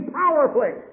powerfully